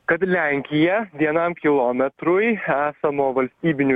kad lenkija vienam kilometrui esamo valstybinių